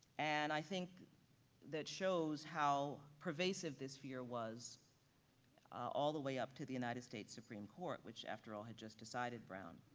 and i think that shows how pervasive this fear was all the way up to the united states supreme court, which after all, had just decided brown.